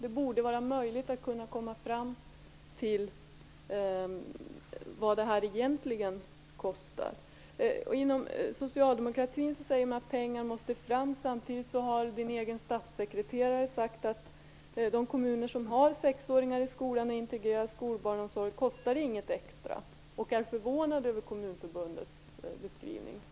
Det borde vara möjligt att komma fram till vad det här egentligen kostar. Inom socialdemokratin säger man att pengar måste fram. Samtidigt har Ylva Johanssons egen statssekreterare sagt att de kommuner som har sexåringar i skolan och integrerad skolbarnsomsorg inte kostar något extra, och hon är förvånad över Kommunförbundets beskrivning.